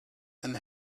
and